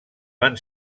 van